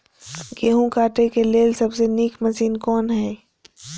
गेहूँ काटय के लेल सबसे नीक मशीन कोन हय?